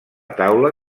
taula